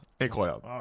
incroyable